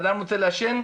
אדם רוצה לעשן,